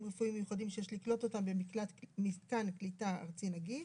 רפואיים מיוחדים שיש לקלוט אותם במתקן קליט ארצי נגיש.